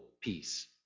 Peace